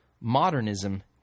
modernism